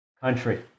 Country